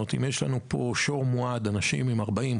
אם יש שור מועד אנשים עם 40,